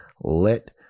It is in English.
let